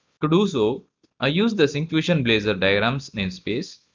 to do so i use the syncfusion blazor diagrams namespace.